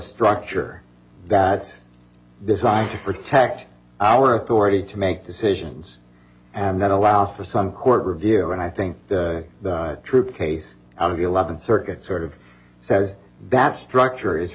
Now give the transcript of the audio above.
structure that design to protect our authority to make decisions and then allows for some court review and i think the troop case out of the eleventh circuit sort of says that structure is